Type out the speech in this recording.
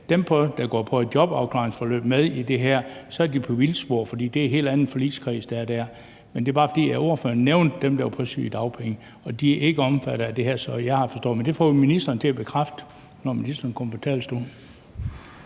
dem, der er i jobafklaringsforløb, med i det her, så er man på vildspor, for det er en helt anden forligskreds, der er der. Ordføreren nævnte bare dem, der er på sygedagpenge, men de er ikke omfattet af det her, som jeg har forstået det, men det får vi ministeren til at bekræfte, når ministeren kommer på talerstolen.